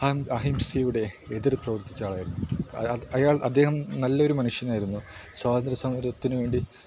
അഹിംസയുടെ എതിരെ പ്രവർത്തിച്ച ആളായിരുന്നു അയാൾ അയാൾ അദ്ദേഹം നല്ലൊരു മനുഷ്യനായിരുന്നു സ്വാതന്ത്ര്യ സമരത്തിന് വേണ്ടി